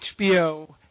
HBO